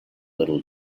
little